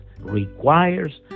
requires